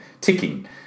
ticking